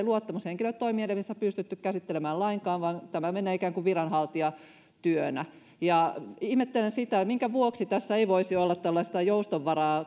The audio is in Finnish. luottamushenkilötoimielimissä pystytty käsittelemään lainkaan vaan tämä menee ikään kuin viranhaltijatyönä ihmettelen sitä minkä vuoksi tässä ei voisi olla tällaista joustonvaraa